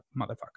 motherfucker